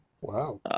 Wow